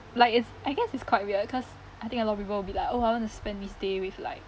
like it's I guess it's quite weird cause I think a lot of people will be like !wah! I want to spend this day with like